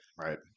right